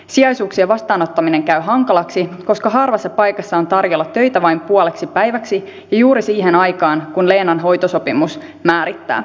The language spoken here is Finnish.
sijaisuuksien vastaanottaminen käy hankalaksi koska harvassa paikassa on tarjolla töitä vain puoleksi päiväksi ja juuri siihen aikaan kun leenan hoitosopimus määrittää